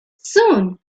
soon